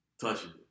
touching